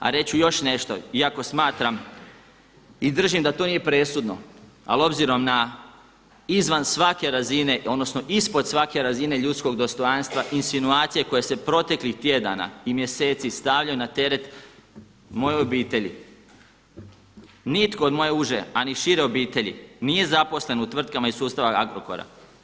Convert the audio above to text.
A reći ću još nešto iako smatram i držim da to nije presudno ali obzirom na izvan svake razine odnosno ispod svake razine ljudskog dostojanstva, insinuacije koje se proteklih tjedana i mjeseci stavljaju na teret mojoj obitelji, nitko od moje uže a ni šire obitelji nije zaposlen u tvrtkama iz sustava Agrokora.